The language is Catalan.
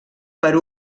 per